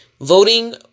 Voting